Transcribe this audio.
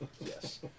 Yes